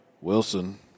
Wilson